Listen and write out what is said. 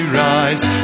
rise